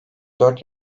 dört